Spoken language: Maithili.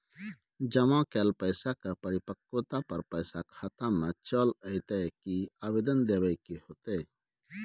जमा कैल पैसा के परिपक्वता पर पैसा खाता में चल अयतै की आवेदन देबे के होतै?